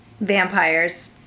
vampires